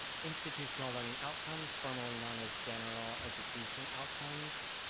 institutional learning outcomes, formerly known as general education outcomes.